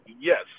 Yes